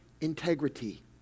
integrity